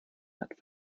hat